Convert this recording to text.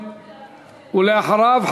ואחריו,